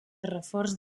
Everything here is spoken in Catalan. reforç